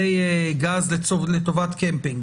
מכלי גז לטובת קמפינג.